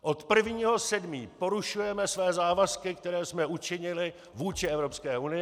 Od 1. 7. porušujeme své závazky, které jsme učinili vůči Evropské unii.